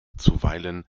zuweilen